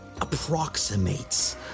approximates